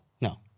No